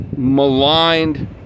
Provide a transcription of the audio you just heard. maligned